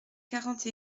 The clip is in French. quarante